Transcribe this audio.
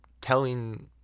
telling